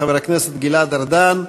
חבר הכנסת גלעד ארדן,